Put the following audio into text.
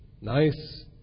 nice